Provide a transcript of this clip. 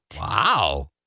Wow